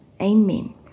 amen